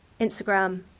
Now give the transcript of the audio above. instagram